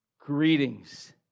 Greetings